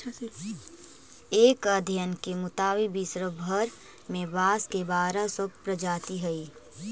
एक अध्ययन के मुताबिक विश्व भर में बाँस के बारह सौ प्रजाति हइ